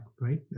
right